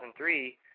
2003